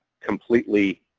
completely